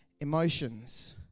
emotions